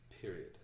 period